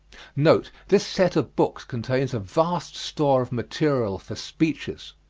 note this set of books contains a vast store of material for speeches.